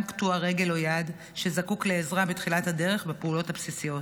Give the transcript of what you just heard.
קטוע רגל או יד שזקוק לעזרה בתחילת הדרך בפעולות הבסיסיות.